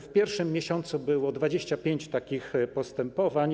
W pierwszym miesiącu było 25 takich postępowań.